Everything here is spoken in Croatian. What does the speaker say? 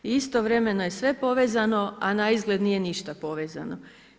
I istovremeno je sve povezano, a naizgled nije ništa povezano.